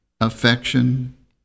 affection